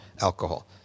alcohol